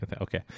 okay